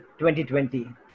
2020